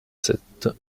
sept